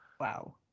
Wow